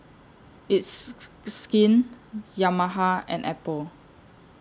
It's Skin Yamaha and Apple